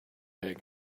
egg